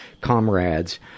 comrades